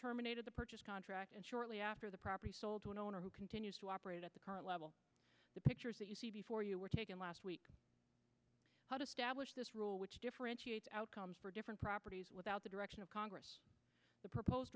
terminated the purchase contract and shortly after the property sold to an owner who continues to operate at the current level the pictures that you see before you were taken last week this rule which differentiates outcomes for different properties without the direction of congress the proposed